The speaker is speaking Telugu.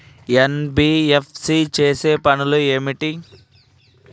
ఎన్.బి.ఎఫ్.సి చేసే పనులు ఏమిటి?